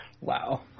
Wow